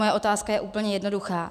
Moje otázka je úplně jednoduchá.